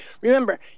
Remember